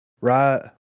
right